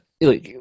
look